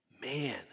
Man